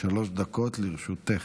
שלוש דקות לרשותך.